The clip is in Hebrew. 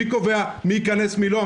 מי קובע מי ייכנס, מי לא?